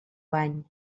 bany